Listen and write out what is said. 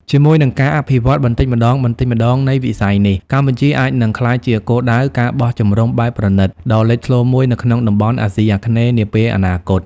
ជាមួយនឹងការអភិវឌ្ឍបន្តិចម្តងៗនៃវិស័យនេះ កម្ពុជាអាចនឹងក្លាយជាគោលដៅ ការបោះជំរំបែបប្រណីត ដ៏លេចធ្លោមួយនៅក្នុងតំបន់អាស៊ីអាគ្នេយ៍នាពេលអនាគត។